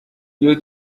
iyo